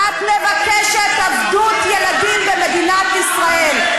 את מבקשת עבדות ילדים במדינת ישראל.